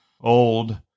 Old